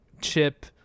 Chip